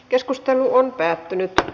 keskustelu päättyi